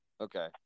Okay